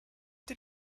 did